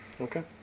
Okay